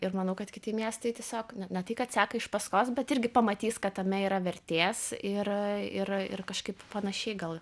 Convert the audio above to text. ir manau kad kiti miestai tiesiog ne tai kad seka iš paskos bet irgi pamatys kad tame yra vertės ir ir ir kažkaip panašiai gal